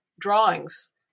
drawings